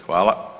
Hvala.